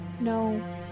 No